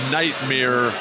nightmare